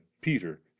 Peter